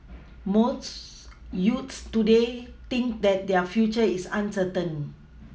most youths today think that their future is uncertain